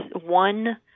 one